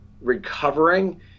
recovering